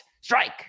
Strike